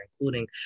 including